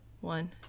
One